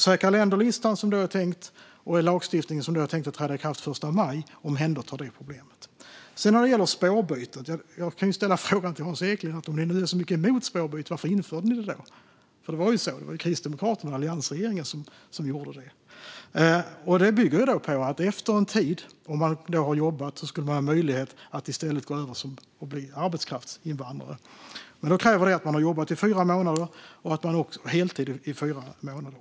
Säkra länder-listan och den lagstiftning som är tänkt att träda i kraft den 1 maj omhändertar alltså detta problem. När det sedan gäller spårbytet kan jag ställa frågan till Hans Eklind: Om ni nu är så mycket emot spårbyte, varför införde ni det då? Så var det ju; det var Kristdemokraterna och alliansregeringen som gjorde det. Det bygger på att man efter att ha jobbat en tid ska ha möjlighet att i stället bli arbetskraftsinvandrare. Detta kräver att man har jobbat heltid i fyra månader.